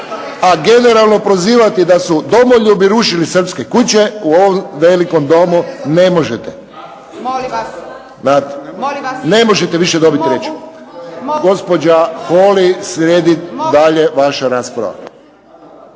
a generalno prozivati da su domoljubi rušili srpske kuće u ovom velikom Domu ne možete. Ne možete više dobiti riječ. Gospođa Holy, slijedi dalje vaša rasprava.